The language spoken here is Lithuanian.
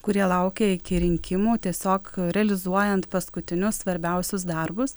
kurie laukia iki rinkimų tiesiog realizuojant paskutinius svarbiausius darbus